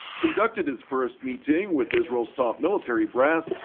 conducted his first meeting with israel's top military brass,